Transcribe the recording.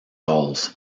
dolls